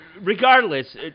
regardless